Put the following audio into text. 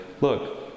look